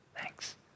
Thanks